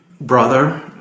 brother